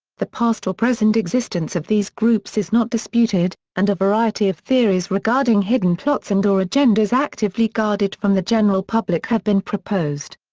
the past or present existence of these groups is not disputed, and a variety of theories regarding hidden plots and or agendas actively guarded from the general public have been proposed.